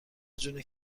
جون